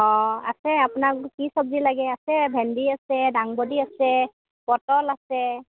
অঁ আছে আপোনাক কি চব্জি লাগে আছে ভেন্দি আছে দাংবডি আছে পটল আছে